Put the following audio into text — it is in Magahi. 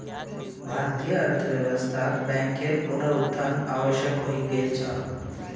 भारतीय अर्थव्यवस्थात बैंकेर पुनरुत्थान आवश्यक हइ गेल छ